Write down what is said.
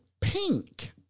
Pink